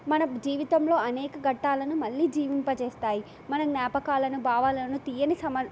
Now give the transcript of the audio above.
మన జీవితంలో అనేక ఘట్టాలను మళ్ళీ జీవింపజేస్తాయి మన జ్ఞాపకాలను భావాలను తీయని సమ